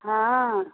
हँ